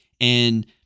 And-